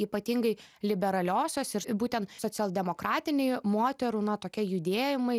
ypatingai liberaliosios ir būten socialdemokratiniai moterų na tokie judėjimai